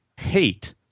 hate